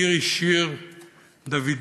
מירי שיר דודיאן,